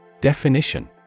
Definition